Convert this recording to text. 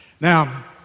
Now